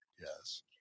Yes